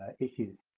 ah issues.